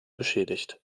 beschädigt